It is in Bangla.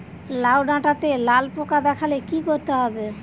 লাউ ডাটাতে লাল পোকা দেখালে কি করতে হবে?